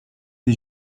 des